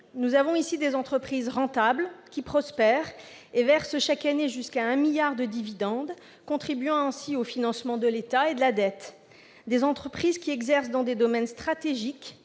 Nous avons ici des entreprises rentables, qui prospèrent et versent chaque année jusqu'à 1 milliard d'euros de dividendes, contribuant ainsi au financement de l'État et de la dette. Des entreprises qui exercent dans des domaines stratégiques